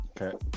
Okay